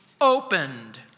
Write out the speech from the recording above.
opened